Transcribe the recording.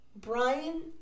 Brian